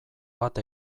bat